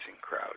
crowd